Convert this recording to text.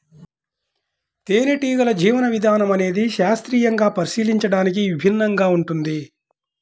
తేనెటీగల జీవన విధానం అనేది శాస్త్రీయంగా పరిశీలించడానికి విభిన్నంగా ఉంటుంది